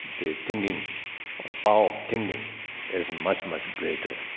the thinking about thinking is much, much greater.